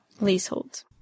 leasehold